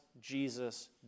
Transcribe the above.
Jesus